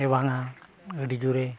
ᱡᱮ ᱵᱟᱝᱟ ᱟᱹᱰᱤ ᱡᱳᱨᱮ